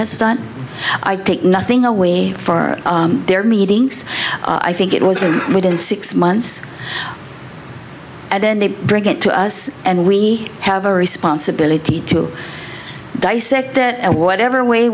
has done i take nothing away for their meetings i think it was within six months and then they bring it to us and we have a responsibility to dissect that whatever way